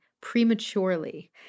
prematurely